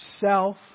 Self